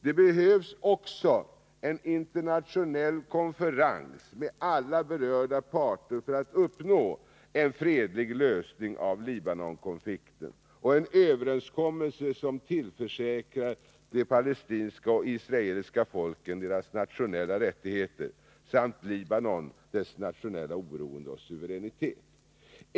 Det behövs också en internationell konferens med alla berörda parter för att uppnå en fredlig lösning av Libanonkonflikten och en överenskommelse som tillförsäkrar de palestinska och israeliska folken deras nationella rättigheter samt Libanon dess nationella oberoende och suveränitet.